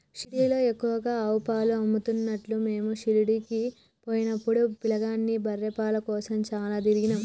షిరిడీలో ఎక్కువగా ఆవు పాలే అమ్ముతున్లు మీము షిరిడీ పోయినపుడు పిలగాని బర్రె పాల కోసం చాల తిరిగినం